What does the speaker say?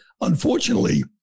Unfortunately